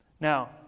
Now